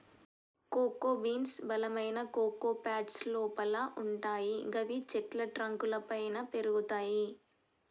cocoa beans బలమైన cocoa pods లోపల వుంటయ్ గివి చెట్ల ట్రంక్ లపైన పెరుగుతయి